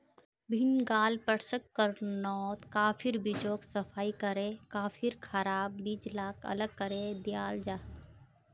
भीन्गाल प्रशंस्कर्नोत काफिर बीजोक सफाई करे काफिर खराब बीज लाक अलग करे दियाल जाहा